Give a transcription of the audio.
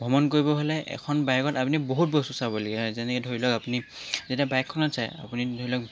ভ্ৰমণ কৰিব হ'লে এখন বাইকত আপুনি বহুত বস্তু চাবলগীয়া হয় যেনেকৈ ধৰি লওক আপুনি যেতিয়া বাইকখনত যায় আপুনি ধৰি লওক